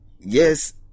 Yes